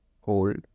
hold